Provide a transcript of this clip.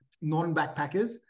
non-backpackers